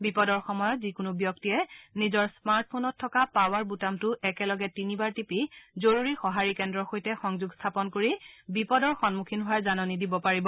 বিপদৰ সময়ত যিকোনো ব্যক্তিয়ে নিজৰ স্মাৰ্ট ফোনত থকা পাৱাৰ বুটামটো একেলগে তিনিবাৰ টিপি জৰুৰী সঁহাৰি কেন্দ্ৰৰ সৈতে সংযোগ স্থাপন কৰি বিপদৰ সম্মুখীন হোৱাৰ জাননী দিব পাৰিব